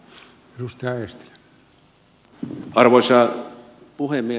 arvoisa puhemies